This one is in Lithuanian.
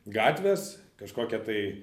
gatvės kažkokie tai